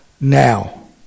now